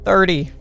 Thirty